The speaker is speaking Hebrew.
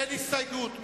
אין הסתייגויות.